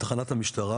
מתחנת המשטרה.